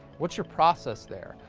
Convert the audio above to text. what's your process there?